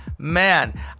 Man